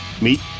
meet